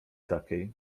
takiej